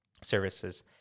Services